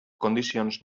condicions